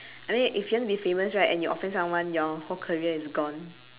I mean if you want to be famous right and you offend someone your whole career is gone